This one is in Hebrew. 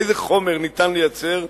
איזה חומר אפשר לייצר,